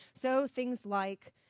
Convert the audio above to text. so things like